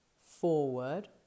forward